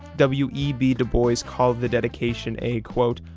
w e b. dubois called the dedication a quote,